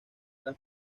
las